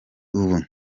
ubu